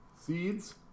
seeds